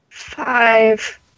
Five